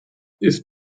ist